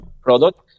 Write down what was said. product